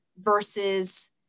versus